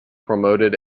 promoted